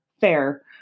fair